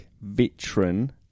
veteran